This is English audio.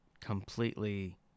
completely